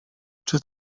czy